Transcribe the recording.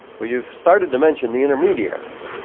well, you've started to mention the intermediaries.